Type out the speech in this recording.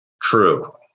True